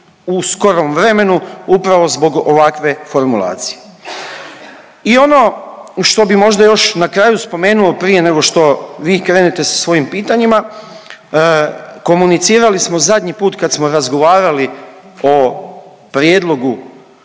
u skorom vremenu upravo zbog ovakve formulacije. I ono što bi možda još na kraju spomenuo prije nego što vi krenete sa svojim pitanjima, komunicirali smo zadnji put kad smo razgovarali o prijedlogu